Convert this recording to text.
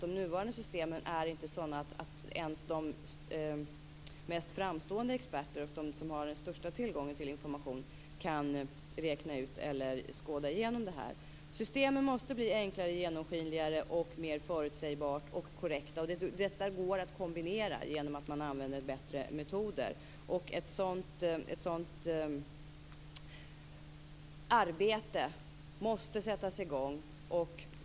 De nuvarande systemen är inte sådana att ens de mest framstående experterna och de som har den största tillgången till information kan räkna ut eller skåda igenom detta. Systemet måste bli enklare, genomskinligare, mer förutsägbart och korrekt. Detta går att kombinera genom att man använder bättre metoder. Ett sådant arbete måste sättas i gång.